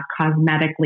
cosmetically